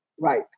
right